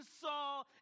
saw